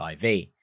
IV